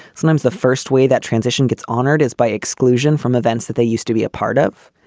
sometimes the first way that transition gets honored is by exclusion from events that they used to be a part of.